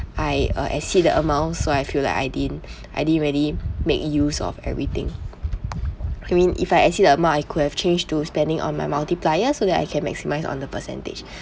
I uh exceed the amounts so I feel like I didn't I didn't really make use of everything I mean if I exceed the amount I could have change to spending on my multiplier so that I can maximise on the percentage